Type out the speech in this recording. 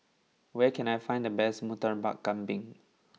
where can I find the best murtabak kambing